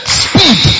speed